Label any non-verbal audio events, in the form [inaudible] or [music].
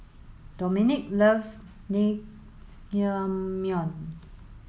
Domenic loves [unintelligible]